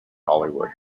hollywood